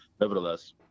Nevertheless